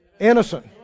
Innocent